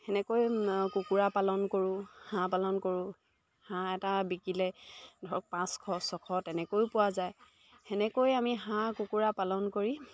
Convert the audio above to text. তেনেকৈ কুকুৰা পালন কৰোঁ হাঁহ পালন কৰোঁ হাঁহ এটা বিকিলে ধৰক পাঁচশ ছশ তেনেকৈও পোৱা যায় তেনেকৈ আমি হাঁহ কুকুৰা পালন কৰি